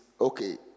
okay